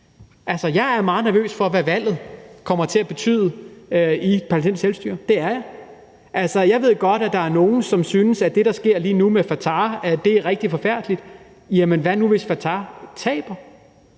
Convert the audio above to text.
kan. Jeg er meget nervøs for, hvad valget kommer til at betyde for det palæstinensiske selvstyre. Det er jeg. Jeg ved godt, at der er nogle, som synes, at det, der sker lige nu med Fatah, er rigtig forfærdeligt. Jamen hvad nu, hvis Fatah taber?